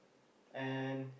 and